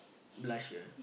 blusher